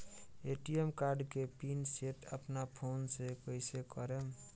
ATM card के PIN set अपना phone से कइसे करेम?